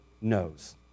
knows